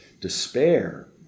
despair